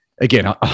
again